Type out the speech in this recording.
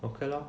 okay lor